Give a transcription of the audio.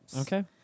Okay